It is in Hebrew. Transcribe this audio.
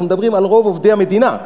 אנחנו מדברים על רוב עובדי המדינה.